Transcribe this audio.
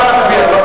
נא להצביע.